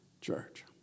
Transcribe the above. church